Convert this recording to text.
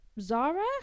Zara